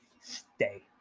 Stay